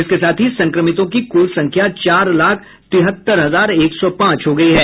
इसके साथ ही संक्रमितों की कुल संख्या चार लाख तिहत्तर हजार एक सौ पांच हो गई है